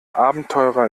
abenteurer